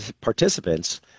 participants